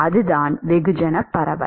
அதுதான் வெகுஜன பரவல்